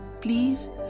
please